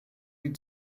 die